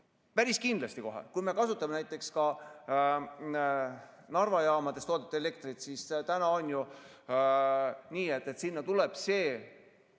Päris kindlasti kohe. Kui me kasutame ka Narva jaamades toodetud elektrit, siis on ju nii, et sinna tuleb see